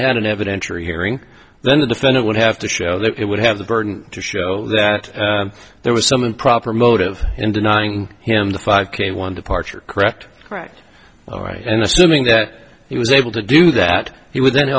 had an evidentiary hearing then the defendant would have to show that it would have the burden to show that there was some improper motive in denying him the five k one departure correct correct all right and assuming that he was able to do that he would th